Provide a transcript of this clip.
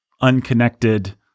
unconnected